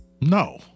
No